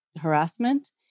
harassment